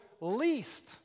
least